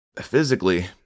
Physically